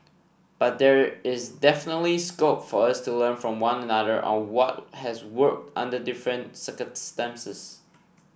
but there is definitely scope for us to learn from one another on what has worked under different circumstances